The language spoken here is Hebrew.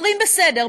אומרים: בסדר,